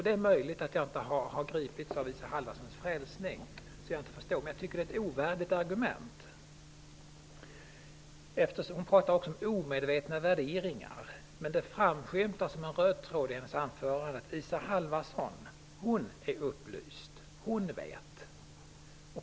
Det är möjligt att jag inte har begripit det, eftersom jag inte har samma frälsning som Isa Halvarsson. Men jag tycker att det är ett ovärdigt argument. Hon talar också om omedvetna värderingar. Men det framskymtar som en röd tråd i hennes anförande att Isa Halvarsson är upplyst, hon vet.